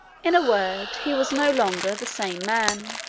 in a word, he was no longer the same man.